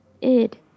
Id